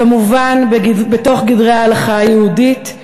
כמובן, בתוך גדרי ההלכה היהודית.